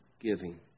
giving